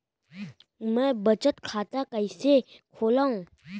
मै बचत खाता कईसे खोलव?